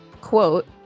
Quote